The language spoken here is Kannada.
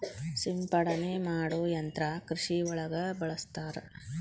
ಸಿಂಪಡನೆ ಮಾಡು ಯಂತ್ರಾ ಕೃಷಿ ಒಳಗ ಬಳಸ್ತಾರ